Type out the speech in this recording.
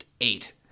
Eight